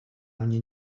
mnie